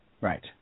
Right